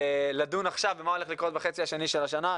לדון עכשיו במה שהולך לקרות בחצי השני של השנה,